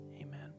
amen